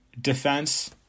defense